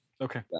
okay